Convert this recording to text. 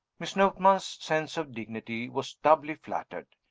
miss notman's sense of dignity was doubly flattered.